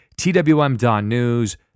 TWM.News